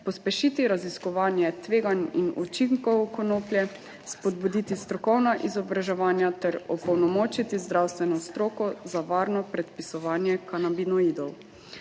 pospešiti raziskovanje tveganj in učinkov konoplje, spodbuditi strokovna izobraževanja ter opolnomočiti zdravstveno stroko za varno predpisovanje kanabinoidov.